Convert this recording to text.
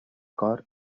cor